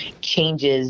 changes